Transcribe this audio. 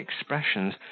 expressions